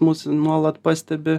mus nuolat pastebi